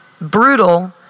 brutal